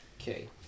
Okay